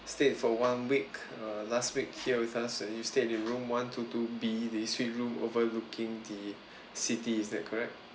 stayed for one week err last week here with us and you stayed in the room one two two B the suite room overlooking the city is that correct